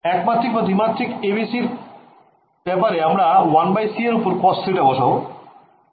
একমাত্রিক বা দ্বিমাত্রিক ABC এর ব্যপারে আমরা 1c এর ওপরে cos θ বসাবো